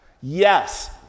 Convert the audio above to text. Yes